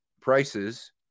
prices